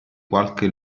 qualche